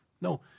No